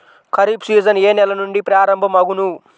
Kharif season ఏ నెల నుండి ప్రారంభం అగును?